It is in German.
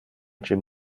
jim